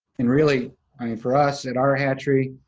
and really, i mean for us at our hatchery,